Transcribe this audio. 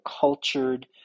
cultured